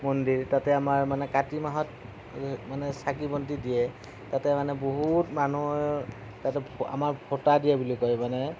মন্দিৰ তাতে আমাৰ মানে কাতি মাহত চাকি বন্তি দিয়ে তাতে মানে বহুত মানুহ তাতে আমাৰ ভোটা দিয়া বুলি কয় মানে